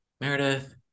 Meredith